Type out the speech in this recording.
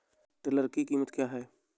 Tiller की कीमत क्या है?